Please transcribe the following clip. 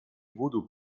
voodoo